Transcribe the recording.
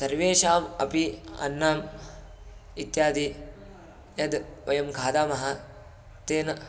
सर्वेषाम् अपि अन्नम् इत्यादि यद् वयं खादामः तेन